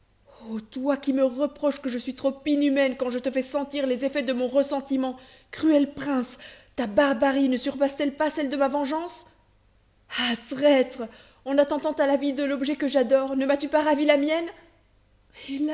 toi qui me reproches que je suis trop inhumaine quand je te fais sentir les effets de mon ressentiment cruel prince ta barbarie ne surpasse t elle pas celle de ma vengeance ah traître en attentant à la vie de l'objet que j'adore ne m'as-tu pas ravi la mienne